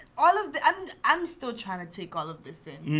all of them i'm still trying to take all of this in